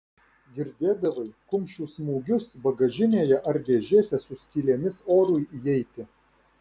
girdėdavai kumščių smūgius bagažinėje ar dėžėse su skylėmis orui įeiti